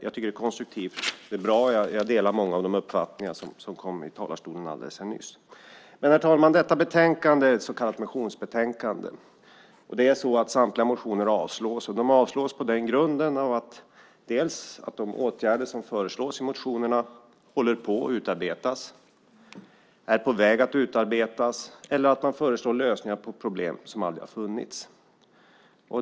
Jag tycker att det är konstruktivt. Det är bra. Jag delar många av de uppfattningar som kom fram i talarstolen alldeles nyss. Herr talman! Detta betänkande är ett så kallat motionsbetänkande. Samtliga motioner avstyrks. De avstyrks på grund av att de åtgärder som föreslås i motionerna håller på att utarbetas, är på väg att utarbetas, eller på grund av att man föreslår lösningar på problem som aldrig har funnits.